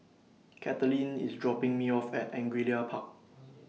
Kathaleen IS dropping Me off At Angullia Park